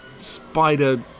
spider